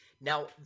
Now